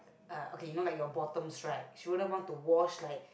uh okay you know like your bottoms right she wouldn't want to wash like